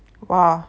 !wah!